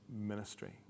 ministry